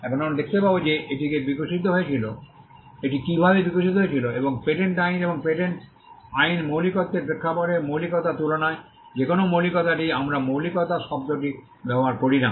এখন আমরা দেখতে পাব যে এটি কীভাবে বিকশিত হয়েছিল এবং পেটেন্ট আইন এবং পেটেন্ট আইন মৌলিকত্বের প্রেক্ষাপটে মৌলিকতার তুলনায় কোন মৌলিকতাটি আমরা মৌলিকতা শব্দটি ব্যবহার করি না